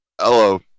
Hello